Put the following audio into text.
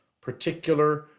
particular